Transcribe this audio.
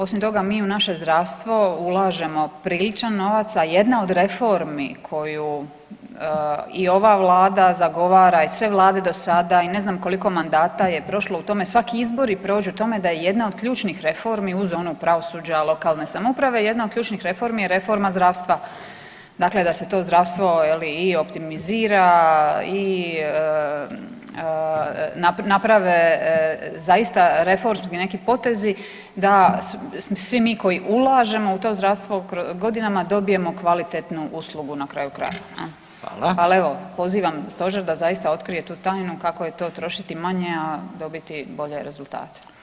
Osim toga mi u naše zdravstvo ulažemo priličan novac, a jedna od reformi koju i ova vlada zagovara i sve vlade do sada i ne znam koliko mandata je prošlo u tome, svaki izbori prođu u tome da je jedna od ključnih reformi uz onu pravosuđa, lokalne samouprave, jedna od ključnih reformi je reforma zdravstva, dakle da se to zdravstvo je li i optimizira i naprave zaista reformski neki potezi, da svi mi koji ulažemo u to zdravstvo godinama dobijemo kvalitetnu uslugu na kraju krajeva, al evo pozivam stožer da zaista otkrije tu tajnu kako je to trošiti manje, a dobiti bolje rezultate.